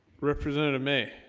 representative may